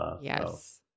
Yes